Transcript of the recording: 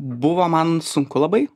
buvo man sunku labai